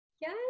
Yes